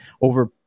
over